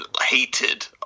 hated